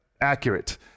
accurate